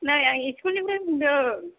नै आं स्कुलनिफ्राय बुंदों